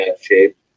shape